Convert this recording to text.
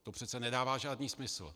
To přece nedává žádný smysl.